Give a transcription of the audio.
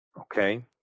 Okay